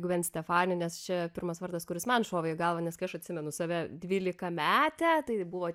gven stefani nes čia pirmas vardas kuris man šovė į galvą nes kai aš atsimenu save dvylikametę tai buvo